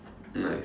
nice